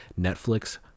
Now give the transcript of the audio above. Netflix